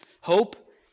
Hope